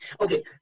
okay